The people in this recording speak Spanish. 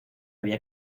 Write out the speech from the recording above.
había